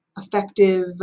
effective